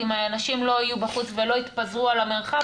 אם אנשים לא יהיו בחוץ ולא יתפזרו על המרחב,